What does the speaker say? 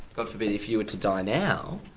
god forbid if you were to die now,